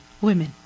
women